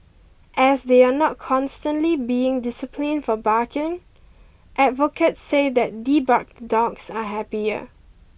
as they are not constantly being disciplined for barking advocates say that debarked dogs are happier